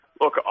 look